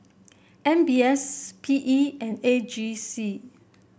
M B S P E and AG C